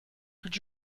could